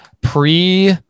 pre